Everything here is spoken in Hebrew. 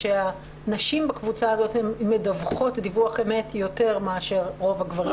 הנשים בקבוצה הזאת הן מדווחות דיווח אמת יותר מאשר רוב הגברים.